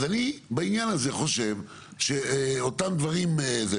אז אני בעניין הזה חושב שאותם דברים זה.